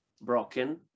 broken